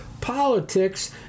Politics